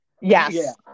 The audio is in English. yes